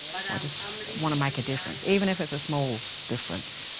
i just want to make a difference, even if it's a small difference.